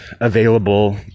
available